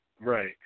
Right